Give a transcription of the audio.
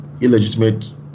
illegitimate